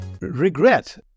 Regret